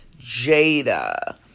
Jada